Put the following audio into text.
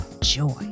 joy